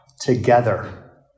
together